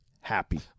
happy